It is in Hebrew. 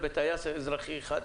לא מזלזל בטייס אזרחי אחד,